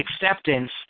acceptance